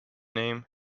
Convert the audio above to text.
name